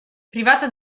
privata